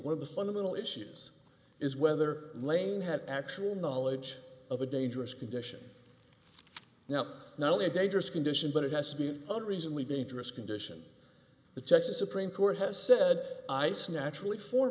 of the fundamental issues is whether lane had actual knowledge of a dangerous condition now not only a dangerous condition but it has to be a reason we dangerous condition the texas supreme court has said ice naturally for